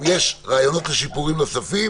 אם יש רעיונות לשיפורים נוספים